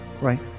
right